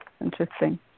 Interesting